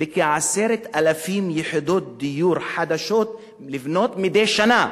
בכ-10,000 יחידות דיור חדשות מדי שנה,